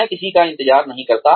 समय किसी का इंतजार नहीं करता